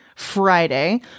Friday